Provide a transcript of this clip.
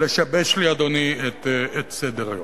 לשבש לי, אדוני, את סדר-היום.